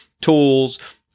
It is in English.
tools